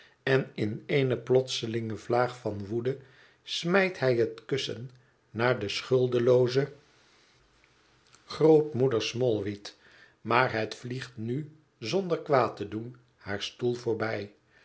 en in eene plotselinge vlaag van woede smijt hij het kussen naar de schuldelooze grootmoeder smallweed maar het vliegt nu zonder kwaad te doen haar stoel voorbij